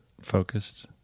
focused